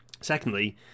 Secondly